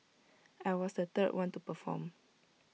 I was the third one to perform